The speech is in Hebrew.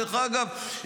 דרך אגב,